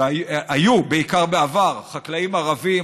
והיו בעיקר בעבר, חקלאים ערבים.